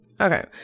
Okay